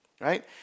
right